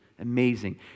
Amazing